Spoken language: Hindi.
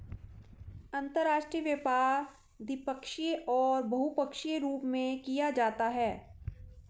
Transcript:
अंतर्राष्ट्रीय व्यापार द्विपक्षीय और बहुपक्षीय रूप में किया जाता है